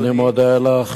אני מודה לךְ,